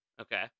okay